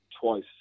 twice